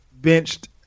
benched